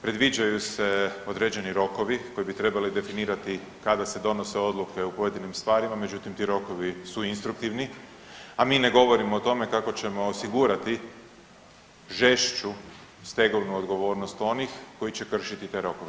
Predviđaju se određeni rokovi koji bi trebali definirati kada se donose odluke u pojedinim stvarima, međutim, ti rokovi su instruktivni, a mi ne govorimo o tome kako ćemo osigurati žešću stegovnu odgovornost onih koji će kršiti te rokove.